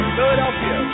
Philadelphia